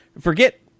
Forget